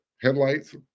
Headlights